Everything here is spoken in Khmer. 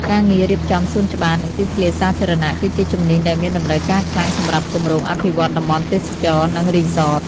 ការងាររៀបចំសួនច្បារ និងទីធ្លាសាធារណៈ គឺជាជំនាញដែលមានតម្រូវការខ្លាំងសម្រាប់គម្រោងអភិវឌ្ឍន៍តំបន់ទេសចរណ៍ និងរីសត។